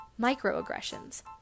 Microaggressions